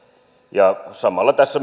ja samalla tässä